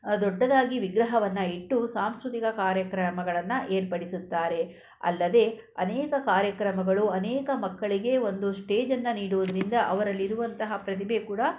ದೊಡ್ಡದಾಗಿ ವಿಗ್ರಹವನ್ನು ಇಟ್ಟು ಸಾಂಸ್ಕೃತಿಕ ಕಾರ್ಯಕ್ರಮಗಳನ್ನು ಏರ್ಪಡಿಸುತ್ತಾರೆ ಅಲ್ಲದೇ ಅನೇಕ ಕಾರ್ಯಕ್ರಮಗಳು ಅನೇಕ ಮಕ್ಕಳಿಗೆ ಒಂದು ಸ್ಟೇಜನ್ನು ನೀಡುವುದರಿಂದ ಅವರಲ್ಲಿ ಇರುವಂತಹ ಪ್ರತಿಭೆ ಕೂಡ